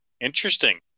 Interesting